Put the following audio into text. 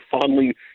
fondly